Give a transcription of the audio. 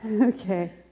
Okay